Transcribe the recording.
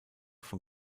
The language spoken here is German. von